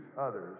others